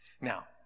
Now